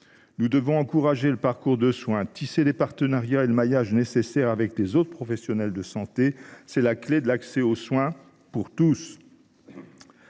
Nous devons encourager le parcours de soins et tisser les partenariats et le maillage nécessaires avec les autres professionnels de santé : c’est la clé de l’accès aux soins pour tous.